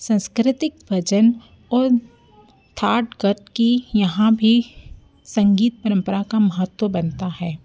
सांस्कृतिक भजन और थाड कद कि यहाँ भी संगीत परंपरा का महत्व बनता है